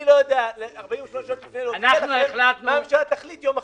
אני לא יודע 48 שעות לפני להודיע לכם מה הממשלה תחליט יום אחרי.